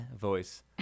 voice